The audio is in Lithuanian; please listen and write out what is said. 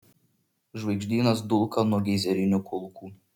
žvaigždynas dulka nuo geizerinių kulkų